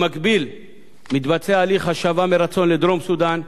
במקביל מתבצע הליך השבה מרצון לדרום-סודן,